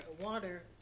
water